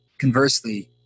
conversely